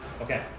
Okay